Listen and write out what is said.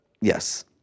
yes